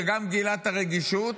שגם גילה את הרגישות,